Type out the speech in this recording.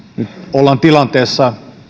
ollaan tilanteessa